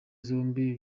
zombi